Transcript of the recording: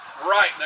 right